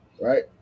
right